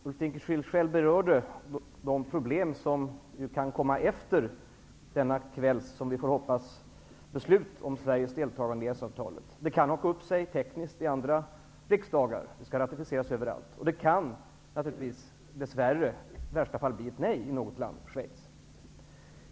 Ulf Dinkelspiel berörde själv de problem som kan komma efter denna kvälls beslut, som vi ju hoppas på, om Sveriges deltagande i EES-avtalet. Det kan haka upp sig tekniskt i riksdagen i andra länder. Avtalet skall ju ratificeras överallt. Det kan naturligtvis i värsta fall bli ett nej i något land, t.ex. i Schweiz.